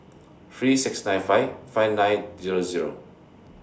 three six nine five five nine Zero Zero